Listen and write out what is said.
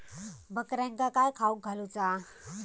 बकऱ्यांका काय खावक घालूचा?